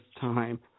time